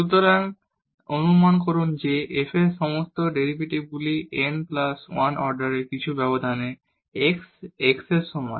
সুতরাং অনুমান করুন যে f এর সমস্ত ডেরিভেটিভগুলি n প্লাস 1 অর্ডারের কিছু ব্যবধানে x x এর সমান